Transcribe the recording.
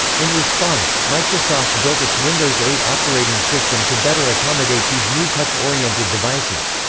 in response, microsoft built its windows eight operating system to better accommodate these new touch-oriented devices.